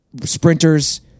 sprinters